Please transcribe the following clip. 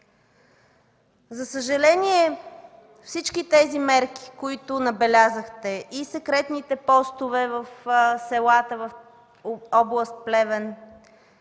За съжаление, всички тези мерки, които набелязахте – и секретните постове в селата в област Плевен,